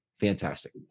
Fantastic